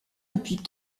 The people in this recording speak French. depuis